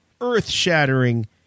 earth-shattering